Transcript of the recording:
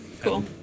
Cool